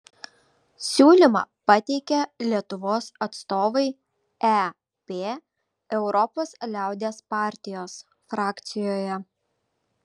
siūlymą pateikė lietuvos atstovai ep europos liaudies partijos frakcijoje